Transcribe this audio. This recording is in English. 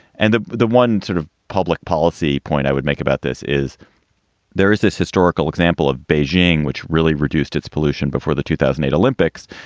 and the the one sort of public policy point i would make about this is there is this historical example of beijing which really reduced its pollution before the two thousand and eight olympics.